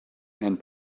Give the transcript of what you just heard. and